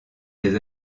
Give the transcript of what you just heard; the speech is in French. des